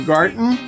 Garten